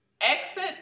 exit